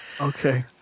Okay